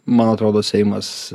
man atrodo seimas